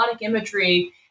imagery